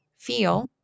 Feel